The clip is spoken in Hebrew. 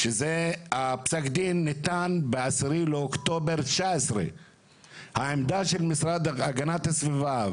פסק הדין ניתן ב-10 לאוקטובר 2019. העמדה של הגנת הסביבה,